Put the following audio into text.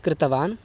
कृतवान्